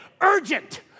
urgent